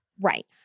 Right